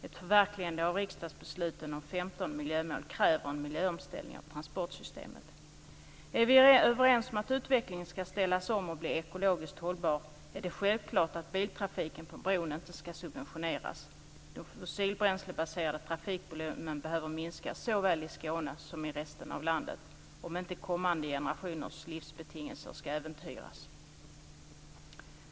Ett förverkligande av riksdagsbesluten om 15 miljömål kräver en miljöomställning av transportsystemet. Är vi överens om att utvecklingen ska ställas om och bli ekologiskt hållbar så är det självklart att biltrafiken på bron inte ska subventioneras. Den fossilbränslebaserade trafikvolymen behöver minskas såväl i Skåne som i resten av landet om inte kommande generationers livsbetingelser ska äventyras. Fru talman!